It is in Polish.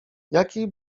jakiej